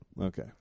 Okay